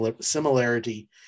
similarity